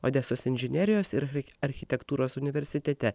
odesos inžinerijos ir architektūros universitete